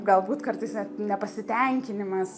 galbūt kartais net nepasitenkinimas